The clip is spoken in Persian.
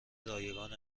رایگان